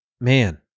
man